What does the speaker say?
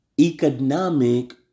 Economic